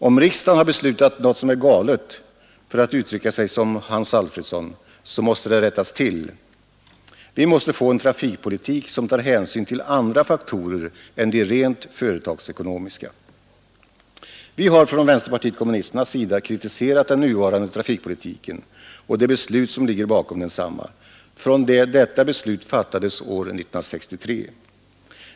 Om riksdagen har beslutat något som är galet, för att uttrycka sig som Hans Alfredsson, så måste det rättas till. Vi måste få en trafikpolitik som tar hänsyn till andra faktorer än de rent företagsekonomiska. Vi har från vänsterpartiet kommunisternas sida kritiserat den nuvarande trafikpolitiken och det beslut som ligger bakom densamma från det detta beslut fattades år 1963.